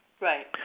Right